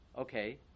okay